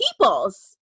peoples